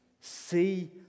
See